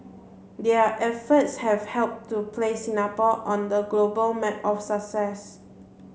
their efforts have helped to place Singapore on the global map of success